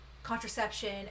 contraception